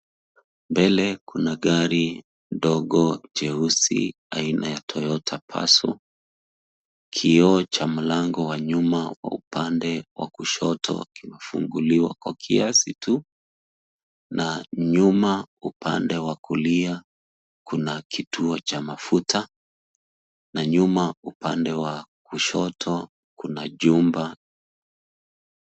Mbele kuna gari ndogo jeusi aina ya Toyota Passo. Kioo cha mlango wa nyuma upande wa kushoto kimefunguliwa kwa kiasi tu, na nyuma upande wa kulia kuna kituo cha mafuta, na nyuma upande wa kushoto kuna jumba.